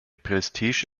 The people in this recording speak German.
prestige